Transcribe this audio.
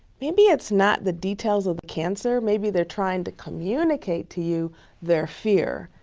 maybe it's not the details of the cancer, maybe they're trying to communicate to you their fear,